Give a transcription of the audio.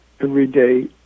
everyday